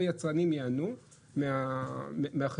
אימוץ באמצעות תקנות.